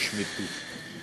נשמטו.